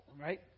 right